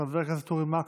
חבר הכנסת אורי מקלב,